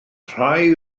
rhai